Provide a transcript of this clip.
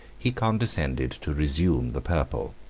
he condescended to reassume the purple.